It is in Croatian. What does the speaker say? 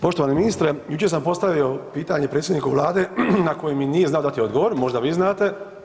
Poštovani ministre, jučer sam postavio pitanje predsjedniku vlade na koji mi nije znao dati odgovor, možda vi znate.